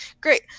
great